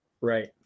Right